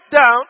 down